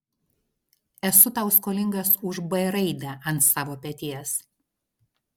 esu tau skolingas už b raidę ant savo peties